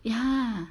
ya